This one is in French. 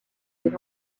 des